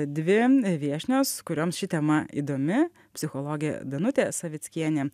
dvi viešnios kurioms ši tema įdomi psichologė danutė savickienė